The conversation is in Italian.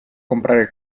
comprare